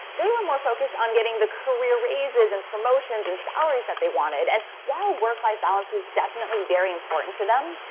they were more focused on getting the career raises, and promotions, and salaries that they wanted. and while work-life balance was definitely very important to them,